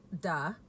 Duh